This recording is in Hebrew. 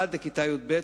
עד כיתה י"ב,